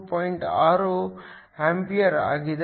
6 ampere ಆಗಿದೆ